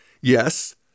yes